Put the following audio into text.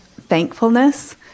thankfulness